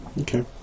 Okay